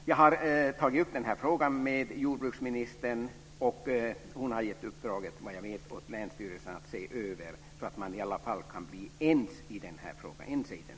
Jag har tagit upp frågan med jordbruksministern, och hon har gett uppdraget, vad jag vet, till länsstyrelsen att se över frågan för att man ska kunna bli ense i den.